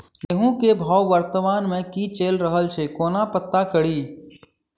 गेंहूँ केँ भाव वर्तमान मे की चैल रहल छै कोना पत्ता कड़ी?